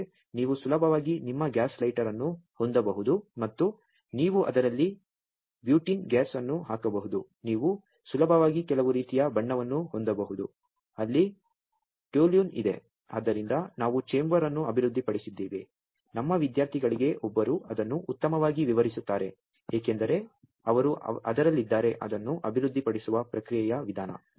ಆದರೆ ನೀವು ಸುಲಭವಾಗಿ ನಿಮ್ಮ ಗ್ಯಾಸ್ ಲೈಟರ್ ಅನ್ನು ಹೊಂದಬಹುದು ಮತ್ತು ನೀವು ಅದರಲ್ಲಿ ಬ್ಯೂಟಿನ್ ಗ್ಯಾಸ್ ಅನ್ನು ಹಾಕಬಹುದು ನೀವು ಸುಲಭವಾಗಿ ಕೆಲವು ರೀತಿಯ ಬಣ್ಣವನ್ನು ಹೊಂದಬಹುದು ಅಲ್ಲಿ ಟೊಲ್ಯೂನ್ ಇದೆ ಆದ್ದರಿಂದ ನಾವು ಚೇಂಬರ್ ಅನ್ನು ಅಭಿವೃದ್ಧಿಪಡಿಸಿದ್ದೇವೆ ನಮ್ಮ ವಿದ್ಯಾರ್ಥಿಗಳಲ್ಲಿ ಒಬ್ಬರು ಅದನ್ನು ಉತ್ತಮವಾಗಿ ವಿವರಿಸುತ್ತಾರೆ ಏಕೆಂದರೆ ಅವರು ಅದರಲ್ಲಿದ್ದಾರೆ ಅದನ್ನು ಅಭಿವೃದ್ಧಿಪಡಿಸುವ ಪ್ರಕ್ರಿಯೆಯ ವಿಧಾನ